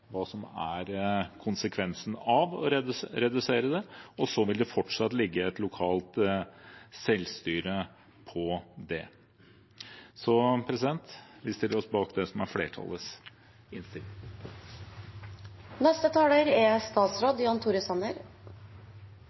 konsekvensen av å redusere den, og så vil det fortsatt være et lokalt selvstyre. Vi stiller oss bak det som er flertallets innstilling. Det er grunnleggende positivt at kommuner er